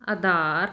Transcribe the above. Aadhaar